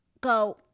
go